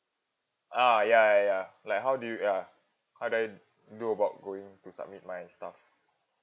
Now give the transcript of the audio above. ah ya ya ya like how do you ya how do I do about going to submit my stuff